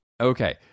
okay